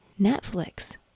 Netflix